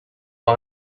par